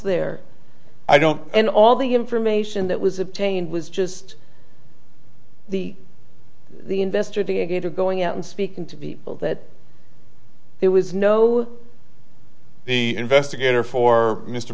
there i don't and all the information that was obtained was just the the investor to get or going out and speaking to be able that there was no the investigator for mr